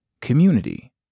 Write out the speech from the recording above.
community